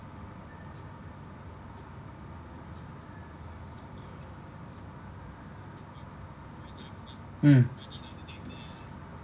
mm